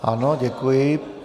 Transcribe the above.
Ano, děkuji.